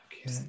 okay